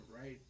right